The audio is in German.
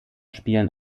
spielen